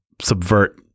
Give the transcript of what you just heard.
subvert